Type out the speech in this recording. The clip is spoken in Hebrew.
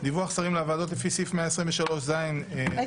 דיווח שרים לוועדות לפי סעיף 123(ז)(2) לתקנון הכנסת.